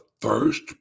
first